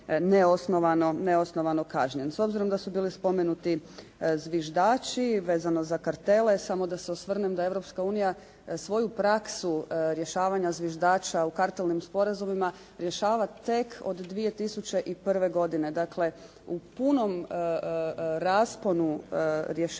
neosnovano kažnjen. S obzirom da su bili spomenuti "zviždači" vezano za kartele, samo da se osvrnem da Europska unija svoju prasku rješavanja "zviždača" u kartelnim sporazumima rješava tek od 2001. godine, dakle u punom rasponu rješavanja